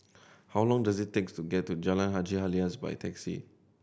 how long does it take to get to Jalan Haji Alias by taxi